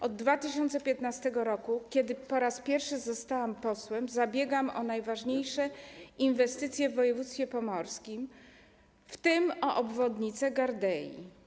Od 2015 r., kiedy po raz pierwszy zostałam posłem, zabiegam o najważniejsze inwestycje w województwie pomorskim, w tym o obwodnicę Gardei.